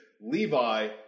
Levi